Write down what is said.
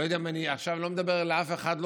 אני לא מדבר עכשיו אל אף אחד,